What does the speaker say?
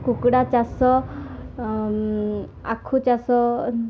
କୁକୁଡ଼ା ଚାଷ ଆଖୁ ଚାଷ